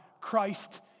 Christ